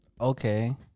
Okay